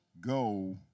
Go